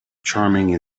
charming